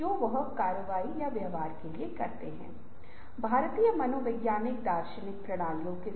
और यह नए और उपयोगी विचारों के उत्पादन पर केंद्रित है